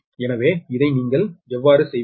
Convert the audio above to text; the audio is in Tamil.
எனவே இதை நீங்கள் எவ்வாறு செய்வீர்கள்